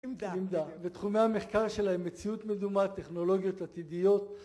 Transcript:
בתחומי המחקר שלהם, מציאות מדומה, טכנולוגיות עתידיות